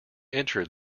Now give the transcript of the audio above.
entered